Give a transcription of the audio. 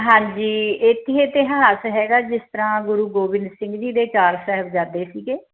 ਹਾਂਜੀ ਇੱਥੇ ਇਤਿਹਾਸ ਹੈਗਾ ਜਿਸ ਤਰ੍ਹਾਂ ਗੁਰੂ ਗੋਬਿੰਦ ਸਿੰਘ ਜੀ ਦੇ ਚਾਰ ਸਾਹਿਬਜ਼ਾਦੇ ਸੀਗੇ